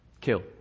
kill